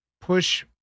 push